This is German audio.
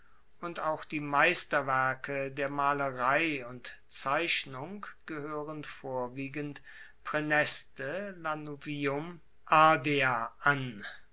und auch die meisterwerke der malerei und zeichnung gehoeren vorwiegend praeneste lanuvium ardea an